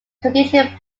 condition